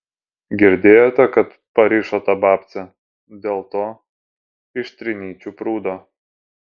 girdėjote kad parišo tą babcę dėl to iš trinyčių prūdo